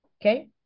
okay